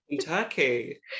Turkey